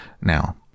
now